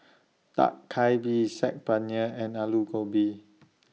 Dak Galbi Saag Paneer and Alu Gobi